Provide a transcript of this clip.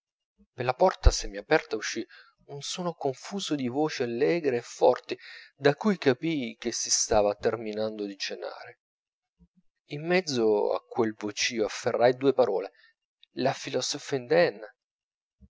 per la porta semiaperta uscì un suono confuso di voci allegre e forti da cui capii che si stava terminando di cenare in mezzo a quel vocio afferrai due parole la philosophie indienne